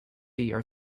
are